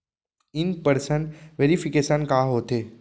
In person verification का होथे?